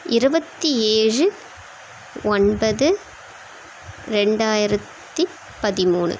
இருபத்தி ஏழு ஒன்பது ரெண்டாயிரத்து பதிமூணு